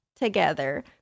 together